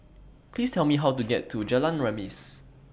Please Tell Me How to get to Jalan Remis